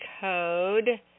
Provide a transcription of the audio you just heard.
code